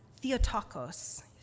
Theotokos